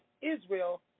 Israel